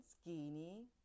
skinny